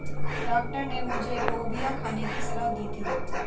doctor ने मुझे लोबिया खाने की सलाह दी थी